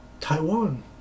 Taiwan